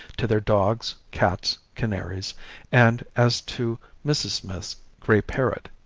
to their dogs, cats, canaries and as to mrs. smith's grey parrot,